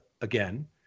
again